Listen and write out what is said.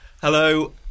Hello